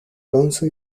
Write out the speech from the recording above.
alonso